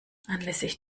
anlässlich